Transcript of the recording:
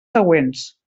següents